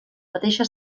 mateixa